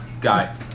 Guy